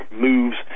moves